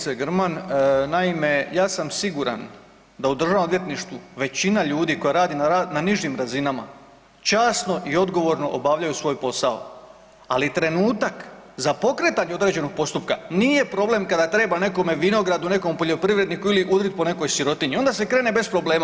Hvala kolegice Grman, naime ja sam siguran da u državnom odvjetništvu većina ljudi koja radi na nižim razinama časno i odgovorno obavljaju svoj posao, ali trenutak za pokretanje određenog postupka nije problem kada treba nekome vinogradu, nekom poljoprivredniku ili udrit po nekoj sirotinji, onda se krene bez problema.